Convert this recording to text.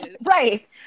right